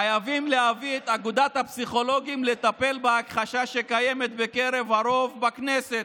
חייבים להביא את אגודת הפסיכולוגים לטפל בהכחשה שקיימת בקרב הרוב בכנסת.